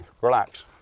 relax